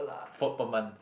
four per month